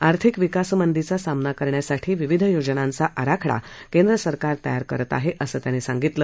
आर्थिक विकास मंदीचा सामना करण्यासाठी विविध योजनांचा आराखडा केंद्र सरकार तयार करत आहेत असं त्यांनी सांगितलं